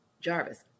Jarvis